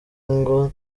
ngo